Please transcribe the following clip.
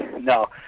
No